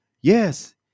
yes